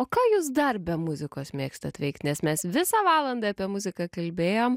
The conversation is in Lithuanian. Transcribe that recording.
o ką jūs dar be muzikos mėgstat veikt nes mes visą valandą apie muziką kalbėjom